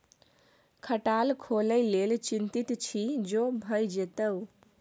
खटाल खोलय लेल चितिंत छी जो भए जेतौ